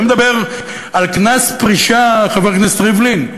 אני מדבר על קנס פרישה, חבר הכנסת ריבלין,